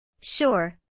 Sure